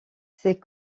ces